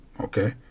okay